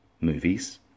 Movies